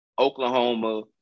Oklahoma